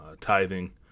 tithing